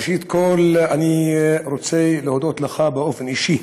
ראשית, אני רוצה להודות לך באופן אישי